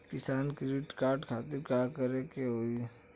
किसान credit card खातिर का करे के होई?